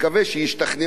גם בממשלה,